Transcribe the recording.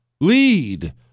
Lead